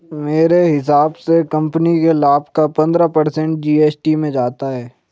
मेरे हिसाब से कंपनी के लाभ का पंद्रह पर्सेंट जी.एस.टी में जाता है